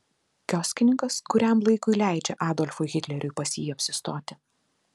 kioskininkas kuriam laikui leidžia adolfui hitleriui pas jį apsistoti